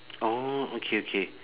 oh okay okay